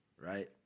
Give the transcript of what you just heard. right